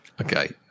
Okay